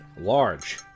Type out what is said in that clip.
large